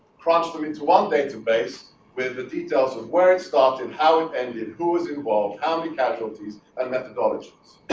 crunch them into one database with the details of where it started, how it ended, who is involved, how many casualties, and methodologies.